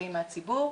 מכתבים מהציבור,